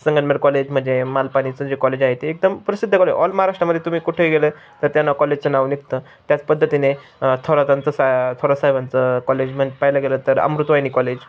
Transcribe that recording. Sangamner college म्हणजे मालपानीचं जे कॉलेज आहे ते एकदम प्रसिद्ध कॉलेज ऑल महाराष्ट्रमध्ये तुम्ही कुठेही गेलं तर त्यांना कॉलेजचं नाव निघतं त्याच पद्धतीने थोरातांचं सा थोरातसाहेबांचं कॉलेज म्हणे पाहायलं गेलं तर अमृतवाईनी कॉलेज